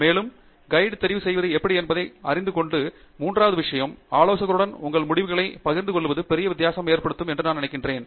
மேலும் மூன்றாவது விஷயம் ஆலோசகருடன் உங்கள் முடிவுகளை பகிர்ந்து கொள்வது பெரிய வித்தியாசத்தை ஏற்படுத்தும் என்று நான் நினைக்கிறேன்